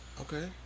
Okay